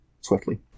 swiftly